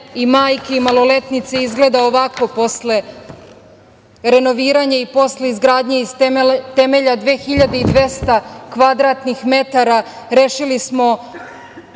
majke i maloletnice izgleda ovako posle renoviranja i posle izgradnje iz temelja 2.200 kvadratnih metara. Rešili smo